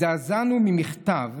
הזדעזענו ממכתב"